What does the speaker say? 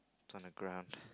it's on a grab